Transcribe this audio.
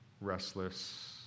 restless